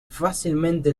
fácilmente